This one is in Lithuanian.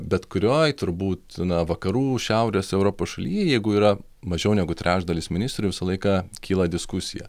bet kurioj turbūt na vakarų šiaurės europos šaly jeigu yra mažiau negu trečdalis ministrių visą laiką kyla diskusija